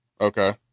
Okay